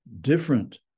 different